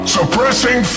Suppressing